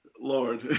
Lord